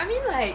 I mean like